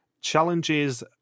challenges